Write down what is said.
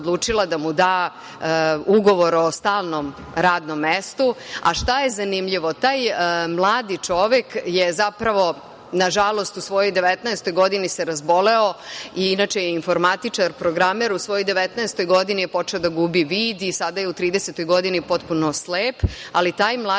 da mu da ugovor o stalnom radnom mestu. Šta je zanimljivo? Taj mladi čovek je zapravo, nažalost, u svojoj 19. godini se razboleo, inače je informatičar programer, u svojoj 19. godini je počeo da gubi vid i sada je u 30. godini potpuno slep, ali taj mladi čovek